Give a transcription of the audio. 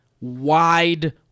wide